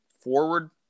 forward